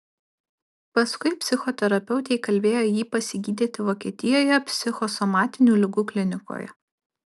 paskui psichoterapeutė įkalbėjo jį pasigydyti vokietijoje psichosomatinių ligų klinikoje